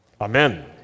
Amen